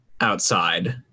outside